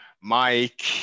Mike